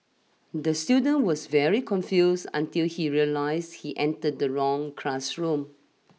the student was very confused until he realised he entered the wrong classroom